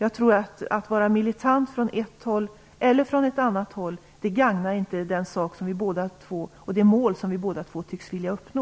Att vara militant från det ena eller det andra hållet gagnar inte den sak och det mål som vi båda två tycks vilja uppnå.